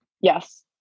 Yes